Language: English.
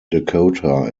dakota